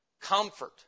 Comfort